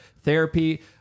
Therapy